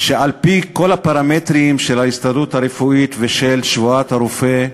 שעל-פי כל הפרמטרים של ההסתדרות הרפואית ושל שבועת הרופא,